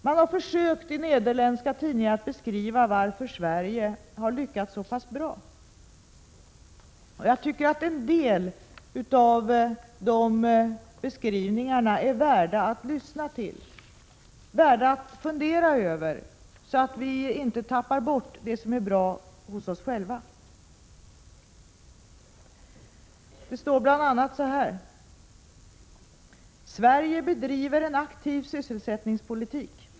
I nederländska tidningar har gjorts försök att beskriva varför Sverige har lyckats så pass bra, och en del av beskrivningarna är värda att lyssna till och fundera över, så att vi inte tappar bort det som är bra hos oss. Det står bl.a. följande: Sverige bedriver en aktiv sysselsättningspolitik.